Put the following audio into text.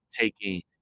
taking